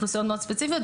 אוכלוסיות מאוד ספציפיות,.